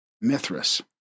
Mithras